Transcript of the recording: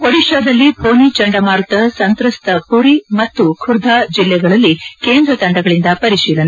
ಒಡಿಶಾದಲ್ಲಿ ಫೊನಿ ಚಂಡಮಾರುತ ಸಂತ್ರಸ್ತ ಪುರಿ ಮತ್ತು ಖುರ್ದಾ ಜಿಲ್ಲೆಗಳಲ್ಲಿ ಕೇಂದ್ರ ತಂಡಗಳಿಂದ ಪರಿಶೀಲನೆ